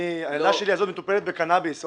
הילדה שלי מטופלת בקנביס.